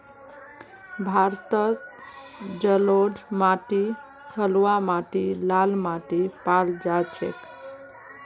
भारतत जलोढ़ माटी कलवा माटी लाल माटी पाल जा छेक